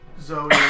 Zoe